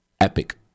epic